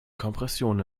kompression